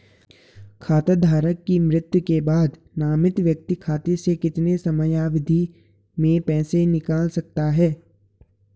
खाता धारक की मृत्यु के बाद नामित व्यक्ति खाते से कितने समयावधि में पैसे निकाल सकता है?